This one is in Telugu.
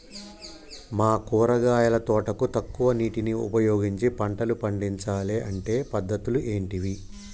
మా కూరగాయల తోటకు తక్కువ నీటిని ఉపయోగించి పంటలు పండించాలే అంటే పద్ధతులు ఏంటివి?